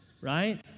right